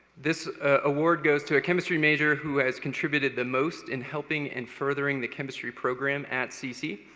this award goes to a chemistry major who has contributed the most in helping and furthering the chemistry program at cc.